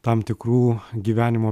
tam tikrų gyvenimo